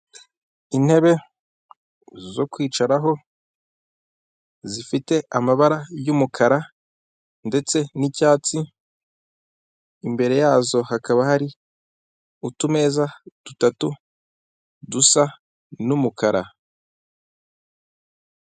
Intebe zo kwicaraho zifite amabara y'umukara ndetse n'icyatsi, imbere yazo hakaba hari utumeza dutatu dusa n'umukara.